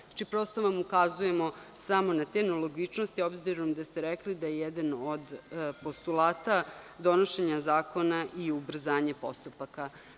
Znači, prosto vam ukazujemo samo na te nelogičnosti, obzirom da ste rekli da je jedan od postulata donošenja zakona i ubrzanje postupaka.